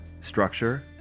structure